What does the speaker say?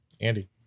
Andy